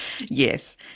Yes